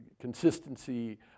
consistency